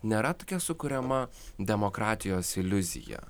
nėra tokia sukuriama demokratijos iliuzija